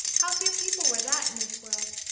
how few people were that in this world!